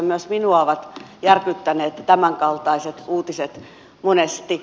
myös minua ovat järkyttäneet tämänkaltaiset uutiset monesti